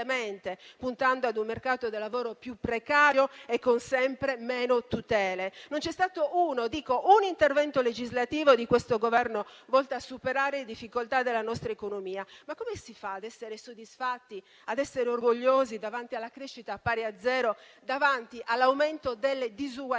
puntando ad un mercato del lavoro più precario e con sempre meno tutele. Non c'è stato un intervento legislativo che sia uno di questo Governo volto a superare le difficoltà della nostra economia. Ma come si fa ad essere soddisfatti, ad essere orgogliosi davanti alla crescita pari a zero, davanti all'aumento delle disuguaglianze?